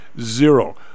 zero